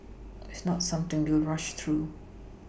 it's not something we will rush through